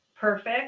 perfect